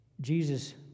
Jesus